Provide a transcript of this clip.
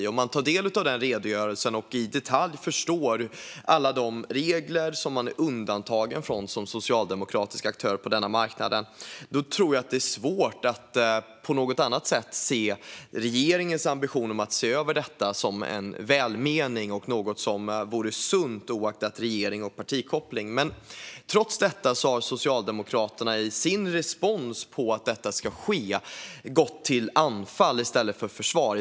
För den som tar del av den redogörelsen och i detalj förstår alla de regler som man är undantagen från som socialdemokratisk aktör på denna marknad tror jag att det är svårt att se regeringens ambition att se över detta som något annat än välmenande och sunt, oavsett regering och partikoppling. Trots detta har Socialdemokraterna i sin respons på att detta ska ske valt anfall i stället för försvar.